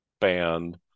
band